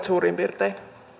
suurin piirtein